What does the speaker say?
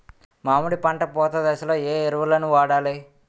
మామిడి పంట పూత దశలో ఏ ఎరువులను వాడాలి?